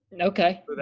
Okay